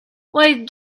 wait